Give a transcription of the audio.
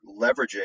leveraging